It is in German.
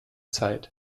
zeit